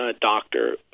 doctor